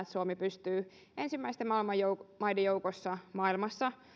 suomi pystyy ensimmäisten maiden joukossa maailmassa